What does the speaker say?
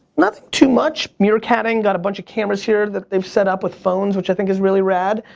nothing too much. meerkating got a bunch of cameras here that they've set up with phones, which i think is really rad.